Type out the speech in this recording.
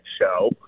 show